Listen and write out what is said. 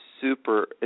super